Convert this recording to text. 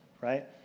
right